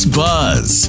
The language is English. buzz